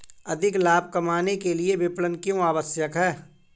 अधिक लाभ कमाने के लिए विपणन क्यो आवश्यक है?